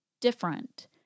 different